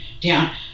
down